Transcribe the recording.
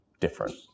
different